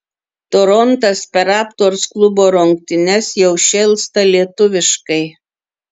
torontas per raptors klubo rungtynes jau šėlsta lietuviškai